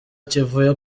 kivuye